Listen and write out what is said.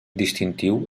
distintiu